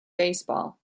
baseball